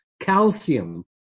calcium